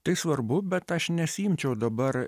tai svarbu bet aš nesiimčiau dabar